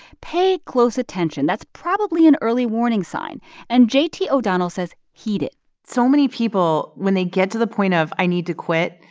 pay close attention, that's probably an early warning sign and j t. o'donnell says, heed it so many people, when they get to the point of, i need to quit,